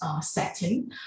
setting